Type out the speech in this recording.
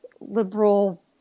liberal